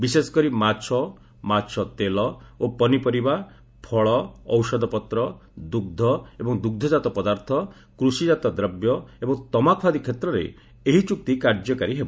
ବିଶେଷକରି ମାଛ ମାଛତେଲ ଓ ପନିପରିବା ଫଳ ଔଷଧପତ୍ର ଦୁଗ୍ଧ ଏବଂ ଦୁଗ୍ଧକାତ ପଦାର୍ଥ କୃଷିକାତ ଦ୍ରବ୍ୟ ଏବଂ ତମାଖୁ ଆଦି କ୍ଷେତ୍ରରେ ଏହି ଚୁକ୍ତି କାର୍ଯ୍ୟକାରୀ ହେବ